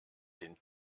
den